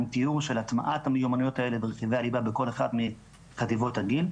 עם תיאור של הטמעת המיומנויות האלה ורכיבי הליבה בכל אחת מחטיבות הגיל.